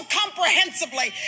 comprehensively